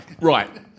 right